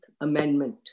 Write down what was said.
Amendment